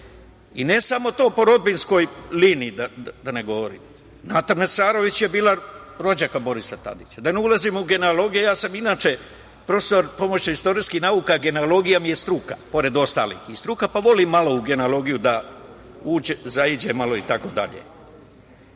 I ne samo to, po rodbinskoj liniji da ne govorim. Nata Mesarović je bila rođaka Borisa Tadića. Da ne ulazim u generalogije, ja sam inače profesor istorijskih nauka, generalogija mi je struka pored ostalih, pa volim malo u generalogiju da zađem itd.E sada,